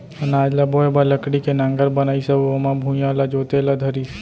अनाज ल बोए बर लकड़ी के नांगर बनाइस अउ ओमा भुइयॉं ल जोते ल धरिस